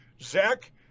Zach